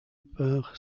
par